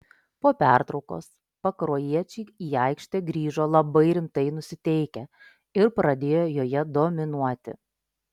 po pertraukos pakruojiečiai į aikštę grįžo labai rimtai nusiteikę ir pradėjo joje dominuoti